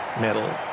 medal